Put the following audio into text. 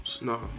No